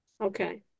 Okay